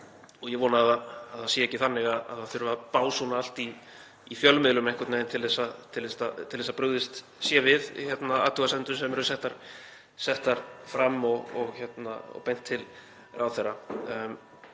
Ég vona að það sé ekki þannig að það þurfi að básúna allt í fjölmiðlum einhvern veginn til þess að brugðist sé við athugasemdum sem eru settar fram og beint til ráðherra.